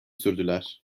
sürdüler